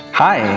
hi,